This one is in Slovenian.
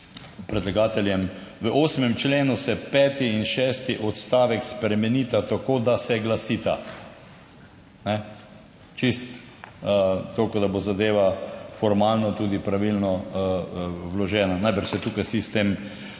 predlagateljem, v 8. členu se peti in šesti odstavek spremenita tako, da se glasita, kajne, čisto toliko, da bo zadeva formalno tudi pravilno vložena. Najbrž se tukaj vsi s tem